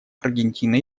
аргентина